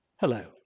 Hello